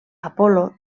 apol·lo